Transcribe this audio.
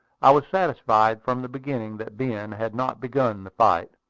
i was satisfied from the beginning that ben had not begun the fight,